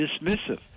dismissive